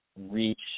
reach